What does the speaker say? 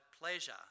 pleasure